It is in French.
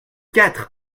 quatre